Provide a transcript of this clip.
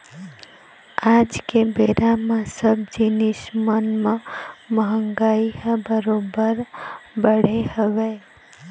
आज के बेरा म सब जिनिस मन म महगाई ह बरोबर बढ़े हवय